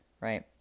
right